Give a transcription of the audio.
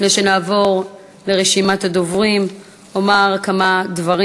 לפני שנעבור לרשימת הדוברים אומר כמה דברים.